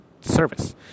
service